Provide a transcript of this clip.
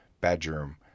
bedroom